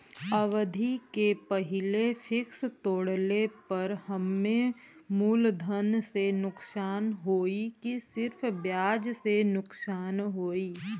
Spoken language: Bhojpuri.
अवधि के पहिले फिक्स तोड़ले पर हम्मे मुलधन से नुकसान होयी की सिर्फ ब्याज से नुकसान होयी?